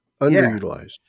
underutilized